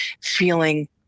feeling